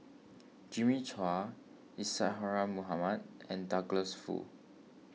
Jimmy Chua Isadhora Mohamed and Douglas Foo